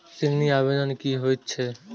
ऋण आवेदन की होय छै?